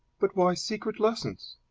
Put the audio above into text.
but why secret lessons?